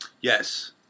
Yes